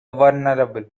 vulnerable